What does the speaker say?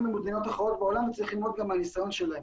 במדינות אחרות בעולם וצריך ללמוד גם מהניסיון שלהן.